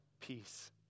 peace